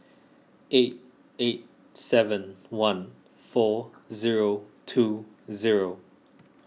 eight eight seven one four zero two zero